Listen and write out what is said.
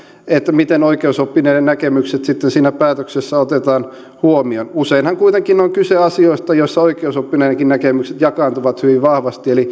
miten oikeusoppineiden näkemykset sitten siinä päätöksessä otetaan huomioon useinhan kuitenkin on kyse asioista joissa oikeusoppineidenkin näkemykset jakaantuvat hyvin vahvasti eli